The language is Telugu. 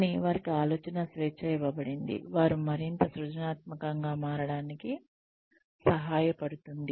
కానీ వారికి ఆలోచనా స్వేచ్ఛ ఇవ్వబడినది వారు మరింత సృజనాత్మకంగా మారడానికి సహాయపడుతుంది